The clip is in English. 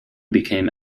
became